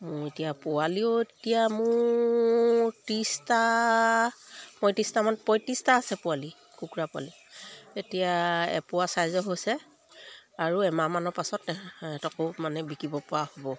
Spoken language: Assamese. মোৰ এতিয়া পোৱালিও এতিয়া মোৰ ত্ৰিছটা পঁয়ত্ৰিছটামান পঁয়ত্ৰিছটা আছে পোৱালি কুকুৰা পোৱালি এতিয়া এপোৱা চাইজৰ হৈছে আৰু এমাহমানৰ পাছত তেহেঁতকো মানে বিকিব পৰা হ'ব